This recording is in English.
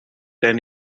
ten